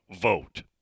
vote